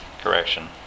correction